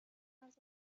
است